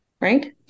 right